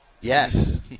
Yes